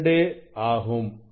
2 ஆகும்